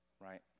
right